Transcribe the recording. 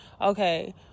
okay